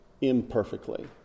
imperfectly